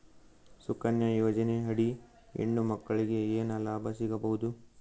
ಸುಕನ್ಯಾ ಯೋಜನೆ ಅಡಿ ಹೆಣ್ಣು ಮಕ್ಕಳಿಗೆ ಏನ ಲಾಭ ಸಿಗಬಹುದು?